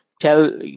Tell